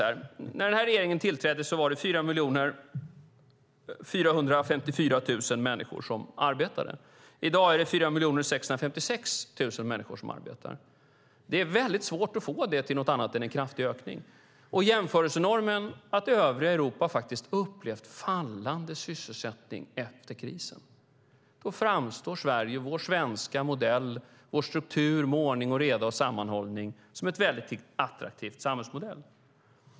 När den nuvarande regeringen tillträdde var det 4 454 000 människor som arbetade. I dag är det 4 656 000 människor som arbetar. Det är svårt att få det till något annat än en kraftig ökning. Jämförelsenormen, att övriga Europa faktiskt upplevt fallande sysselsättning efter krisen, innebär att Sverige, vår svenska modell, vår struktur med ordning, reda och sammanhållning framstår som en mycket attraktiv samhällsmodell.